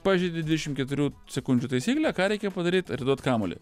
pažeidi dvidešim keturių sekundžių taisyklę ką reikia padaryt atiduot kamuolį